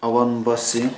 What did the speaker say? ꯑꯋꯥꯡꯕꯁꯤꯡ